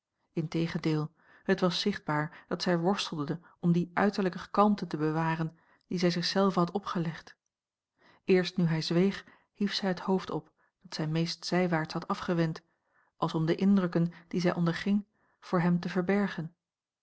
integendeel het was zichtbaar dat zij worstelde om die uiterlijke kalmte te bewaren die zij zich zelve had opgelegd eerst nu hij zweeg hief zij het hoofd op dat zij meest zijwaarts had afgewend als om de indrukken die zij onderging voor hem te verbergen